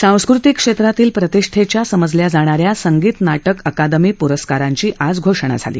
सांस्कृतिक क्षेत्रातील प्रतिष्ठेच्या समजल्या जाणा या संगीत नाटक अकादमी प्रस्कारांची आज घोषणा झाली